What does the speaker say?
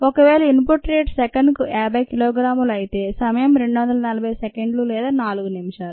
ఒకవేళ input rate సెకనుకు 50 కిలోగ్రాములు అయితే సమయం 240 సెకండ్లు లేదా 4 నిమిషాలు